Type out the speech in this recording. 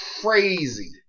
crazy